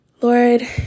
Lord